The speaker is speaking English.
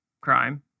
crime